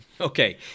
Okay